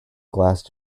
glass